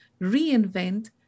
reinvent